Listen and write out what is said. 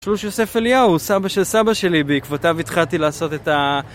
שלוש יוסף אליהו, הוא סבא של סבא שלי, בעקבותיו התחלתי לעשות את ה...